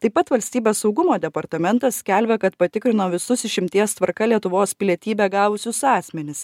taip pat valstybės saugumo departamentas skelbia kad patikrino visus išimties tvarka lietuvos pilietybę gavusius asmenis